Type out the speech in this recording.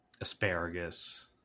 asparagus